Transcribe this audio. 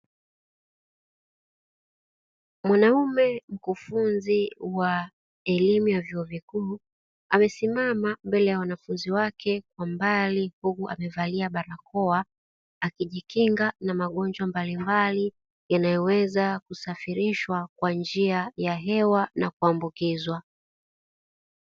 Mwanaume mkufunzi wa elimu ya vyuo vikuu amesimama mbele ya wanafunzi wake kwa mbali, huku amevalia barakoa akijikinga na wagonjwa mbalimbali, yanayoweza kusafirishwa kwa njia ya hewa na kuambukizwa.